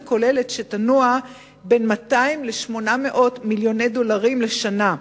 כוללת שתנוע בין 200 ל-800 מיליון דולרים לשנה.